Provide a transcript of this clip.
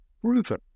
proven